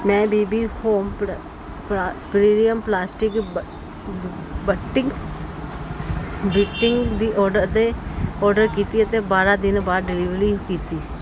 ਮੈਂ BB home ਪਰਾ ਪਰਾ ਪ੍ਰਿਮੀਅਮ ਪਲਾਸਟਿਕ ਬਟਿੰਗ ਬਿਟਿੰਗ ਦੀ ਓਡਰ ਦੇ ਓਡਰ ਕੀਤੀ ਅਤੇ ਬਾਰਾਂ ਦਿਨ ਬਾਅਦ ਡਿਲੀਵਲੀ ਕੀਤੀ